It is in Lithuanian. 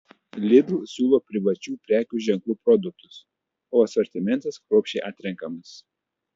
lidl siūlo privačių prekių ženklų produktus o asortimentas kruopščiai atrenkamas